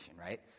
right